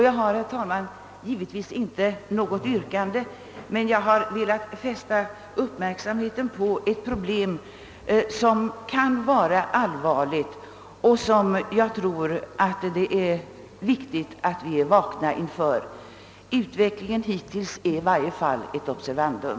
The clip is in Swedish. Jag har, herr talman, givetvis inte något yrkande. Jag har dock velat fästa uppmärksamheten på ett problem som kan vara allvarligt och som jag tror att det är viktigt att vi är vakna inför. Den hittillsvarande utvecklingen är i varje fall ett observandum.